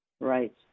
Right